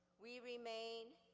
we remain,